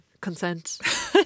consent